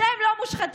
אתם לא מושחתים?